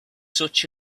such